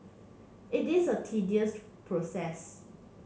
it is a tedious process